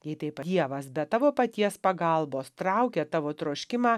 jei taip dievas be tavo paties pagalbos traukia tavo troškimą